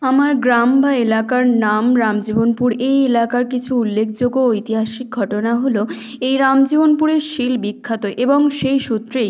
আমার গ্রাম বা এলাকার নাম রামজীবনপুর এই এলাকার কিছু উল্লেখযোগ্য ঐতিহাসিক ঘটনা হলো এই রামজীবনপুরে শীল বিখ্যাত এবং সেই সূত্রেই